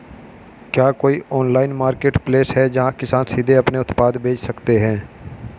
क्या कोई online marketplace है जहां किसान सीधे अपने उत्पाद बेच सकते हैं?